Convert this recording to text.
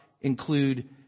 include